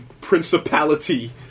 principality